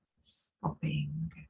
stopping